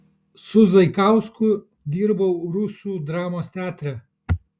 su zaikausku dirbau rusų dramos teatre